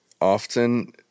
often